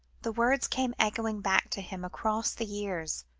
the words came echoing back to him across the years,